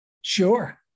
Sure